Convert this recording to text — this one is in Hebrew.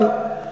אבל,